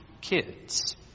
kids